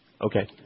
Okay